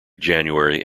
january